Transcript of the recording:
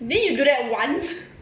didn't you do that once